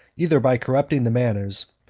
either by corrupting the manners,